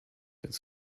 więc